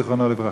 זיכרונו לברכה.